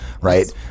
Right